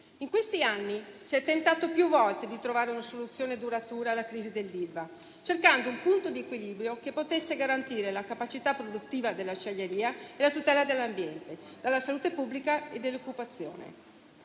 In questi anni si è tentato più volte di trovare una soluzione duratura alla crisi dell'Ilva, cercando un punto di equilibrio che potesse garantire la capacità produttiva dell'acciaieria e la tutela dell'ambiente, della salute pubblica e dell'occupazione.